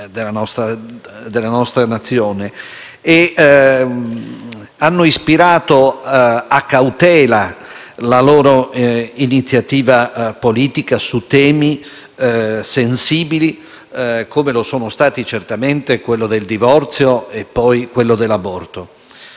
hanno ispirato a cautela la loro iniziativa politica su temi sensibili, come lo sono stati certamente quelli del divorzio e poi dell'aborto.